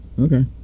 Okay